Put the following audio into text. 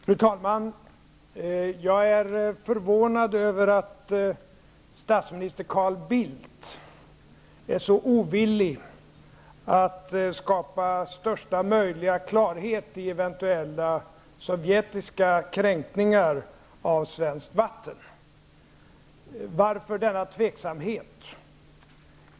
Fru talman! Jag är förvånad över att statsminister Carl Bildt är så ovillig att skapa största möjliga klarhet i eventuella sovjetiska kränkningar av svenskt vatten. Varför denna tveksamhet?